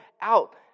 out